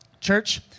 Church